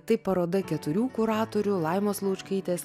tai paroda keturių kuratorių laimos laučkaitės